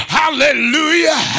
hallelujah